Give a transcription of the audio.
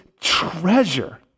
treasure